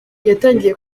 yatangiye